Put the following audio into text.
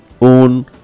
own